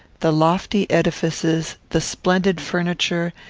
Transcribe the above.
the lofty edifices, the splendid furniture,